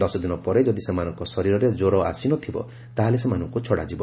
ଦଶଦିନ ପରେ ଯଦି ସେମାନଙ୍କ ଶରୀରରେ କ୍ୱର ଆସିନଥିବ ତା'ହେଲେ ସେମାନଙ୍କୁ ଛଡ଼ାଯିବ